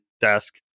desk